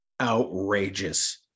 outrageous